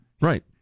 Right